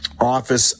office